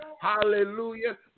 Hallelujah